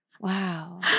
Wow